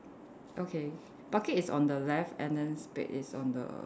okay bucket is on the left and then spade is on the